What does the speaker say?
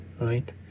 right